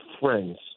friends